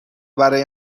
برای